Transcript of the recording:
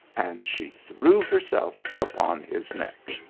and she threw herself upon his neck